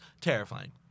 terrifying